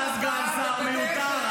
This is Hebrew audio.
אתה סגן שר מיותר.